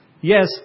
Yes